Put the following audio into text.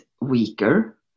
weaker